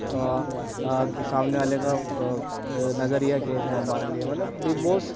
کہ سامنے والے کا نظریہ کیسا ہے ہمارے لیے مطلب بگ بوس